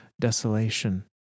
Desolation